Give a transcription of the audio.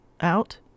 out